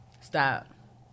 stop